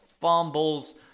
fumbles